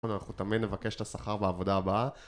אנחנו תמיד נבקש את השכר בעבודה הבאה